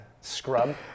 scrub